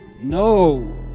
No